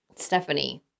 Stephanie